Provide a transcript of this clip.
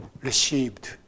received